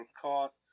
caught